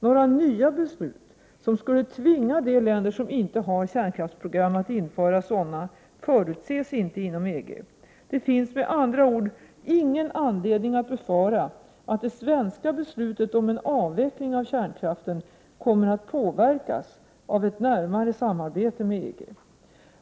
Några nya beslut som skulle tvinga de länder som inte har kärnkraftsprogram att införa sådana förutses inte inom EG. Det finns med andra ord ingen anledning att befara att det svenska beslutet om en avveckling av kärnkraften kommer att påverkas av ett närmare samarbete med EG.